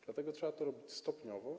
Dlatego trzeba to robić stopniowo.